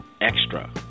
extra